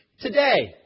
today